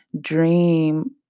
dream